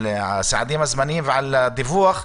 על הסעדים הזמניים ועל הדיווח,